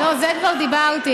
על זה כבר דיברתי.